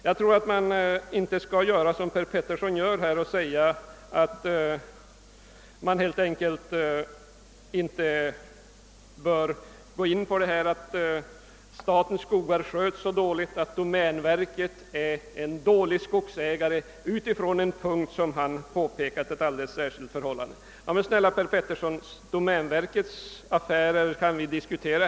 Jag tror inte att man, som herr Petersson gör, enbart av denna utredning skall dra slutsatsen att statens skogar sköts dåligt och att domänverket är en dålig skogsägare. Domänverkets affärer kan vi diskutera här, men de privata bolagens affärer får vi inte diskutera.